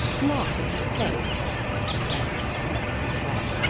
laugh'd in his face and when with griefe he wept,